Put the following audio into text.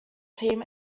team